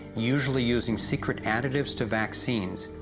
usually using secret additives to vaccines,